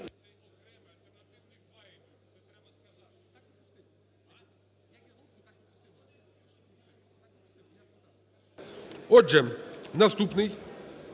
Отже, наступний,